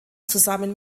zusammen